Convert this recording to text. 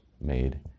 made